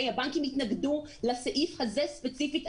הבנקים התנגדו לסעיף הזה ספציפית.